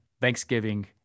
Thanksgiving